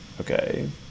okay